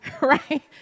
right